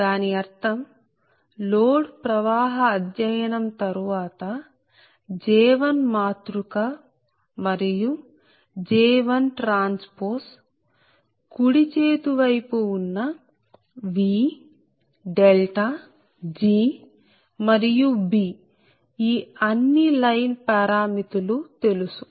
దాని అర్థం లోడ్ ప్రవాహ అధ్యయనం తరువాత J1 మాతృక మరియు J1T కుడి చేతి వైపు ఉన్న VG మరియు B ఈ అన్ని లైన్ పారామితులు తెలుసు